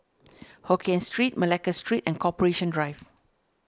Hokien Street Malacca Street and Corporation Drive